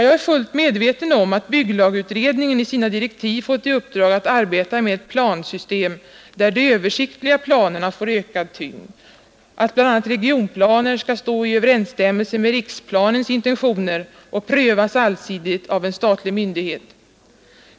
Jag är fullt medveten om att bygglagutredningen enligt sina direktiv har att arbeta med ett plansystem där de översiktliga planerna får ökad tyngd och att bl a. regionplaner skall stå i överensstämmelse med riksplanens intentioner och prövas allsidigt av statlig myndighet.